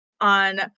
on